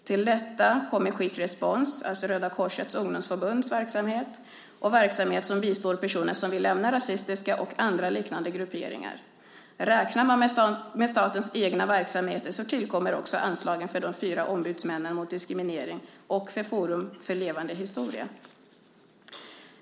Till detta kommer Quick Response, alltså Röda Korsets ungdomsförbunds verksamhet och verksamhet som bistår personer som vill lämna rasistiska och andra liknande grupperingar. Räknar man med statens egna verksamheter så tillkommer också anslagen för de fyra ombudsmännen mot diskriminering och för Forum för levande historia.